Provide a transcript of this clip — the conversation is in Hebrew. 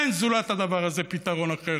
אין זולת הדבר הזה פתרון אחר.